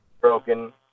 broken